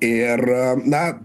ir na